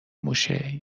موشه